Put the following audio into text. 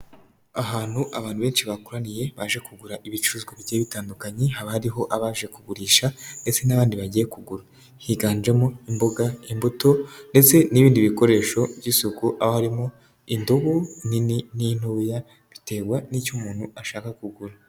Ahantu abantu benshi bakoraniye, baje kugura ibicuruzwa bigiye bitandukanye, haba hariho abaje kugurisha ndetse n'abandi bagiye kugura, higanjemo imboga, imbuto ndetse n'ibindi bikoresho by'isuku, aho harimo indobo nini n'intoya biterwa n'icyo umuntu ashaka kugura.